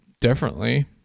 differently